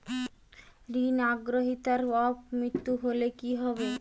ঋণ গ্রহীতার অপ মৃত্যু হলে কি হবে?